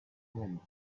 win